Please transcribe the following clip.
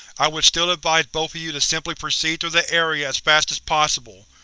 i would still advise both you to simply proceed through the area as fast as possible.